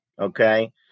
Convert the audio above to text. Okay